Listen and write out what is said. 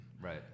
Right